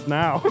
now